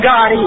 God